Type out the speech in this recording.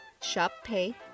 ShopPay